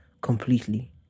completely